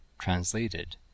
Translated